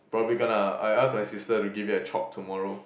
probably gonna I ask my sister to give it a chop tomorrow